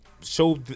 show